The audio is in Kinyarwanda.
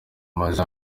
amezi